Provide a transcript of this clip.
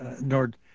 Nord